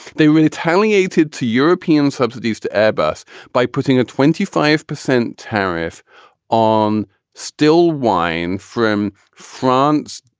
they really telling ated to european subsidies to airbus by putting a twenty five percent tariff on still wine from france,